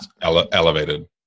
elevated